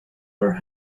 lure